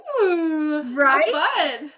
right